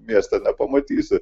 mieste nepamatysi